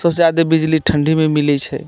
सभ से जादे बिजली ठण्डीमे मिलै छै